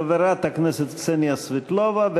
חברת הכנסת קסניה סבטלובה,